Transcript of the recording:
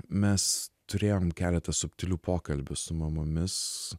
mes turėjom keletą subtilių pokalbių su mamomis